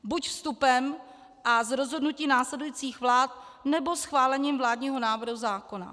Buď vstupem a z rozhodnutí následujících vlád, nebo schválením vládního návrhu zákona.